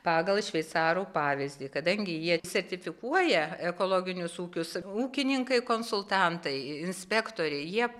pagal šveicarų pavyzdį kadangi jie sertifikuoja ekologinius ūkius ūkininkai konsultantai inspektoriai jie